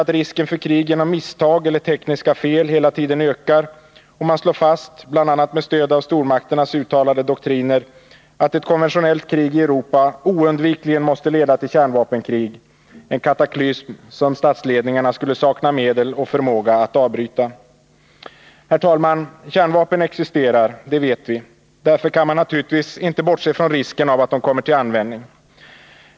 att risken för krig genom misstag eller tekniska fel hela tiden ökar och man slår fast, bl.a. med stöd av stormakternas uttalade doktriner, att ett konventionellt krig i Europa oundvikligen måste leda till kärnvapenkrig, en kataklysm som statsledningarna skulle sakna medel och förmåga att avbryta. Herr talman! Kärnvapen existerar — det vet vi. Därför kan man naturligtvis inte bortse från risken av att de kommer till användning.